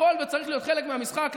יכולים וצריכים להיות חלק מהמשחק,